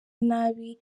nabi